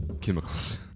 Chemicals